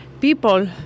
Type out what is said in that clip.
people